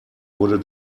wurde